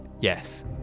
yes